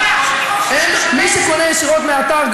מי שקונה ישירות מאתר,